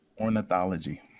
Ornithology